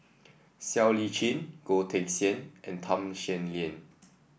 Siow Lee Chin Goh Teck Sian and Tham Sien Yen